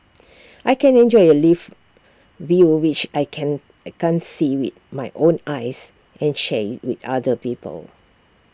I can enjoy A live view which I can I can't see with my own eyes and share IT with other people